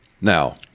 Now